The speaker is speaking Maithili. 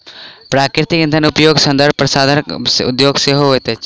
प्राकृतिक इंधनक उपयोग सौंदर्य प्रसाधन उद्योग मे सेहो होइत अछि